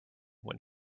when